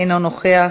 אינו נוכח,